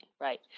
right